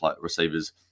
receivers